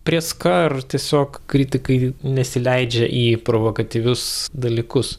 prėska ar tiesiog kritikai nesileidžia į provokatyvius dalykus